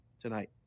tonight